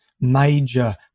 major